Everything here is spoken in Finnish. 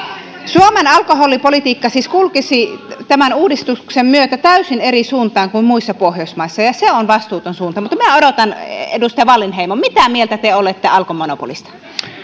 suomen alkoholipolitiikka siis kulkisi tämän uudistuksen myötä täysin eri suuntaan kuin muissa pohjoismaissa ja se on vastuuton suunta mutta minä odotan edustaja wallinheimoa mitä mieltä te olette alkon monopolista